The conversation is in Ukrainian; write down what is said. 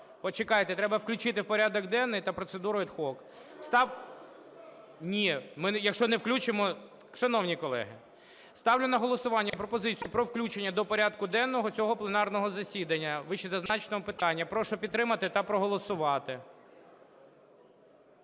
Почекайте, треба включити в порядок денний та процедуру ad hoc. (Шум у залі) Ні, ми, якщо включимо… Шановні колеги, ставлю на голосування пропозицію про включення до порядку денного цього пленарного засідання вищезазначеного питання. Прошу підтримати та проголосувати.